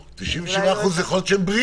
אני רוצה קודם את נציג המשטרה שנמצא